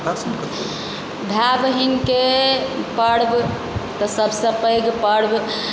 भाय बहिनके पर्व तऽ सबसँ पैघ पर्व